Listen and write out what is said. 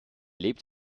lebt